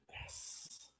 Yes